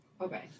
Okay